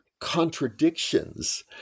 contradictions